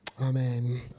Amen